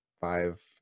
five